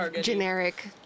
Generic